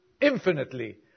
infinitely